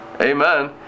Amen